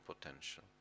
potential